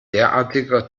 derartiger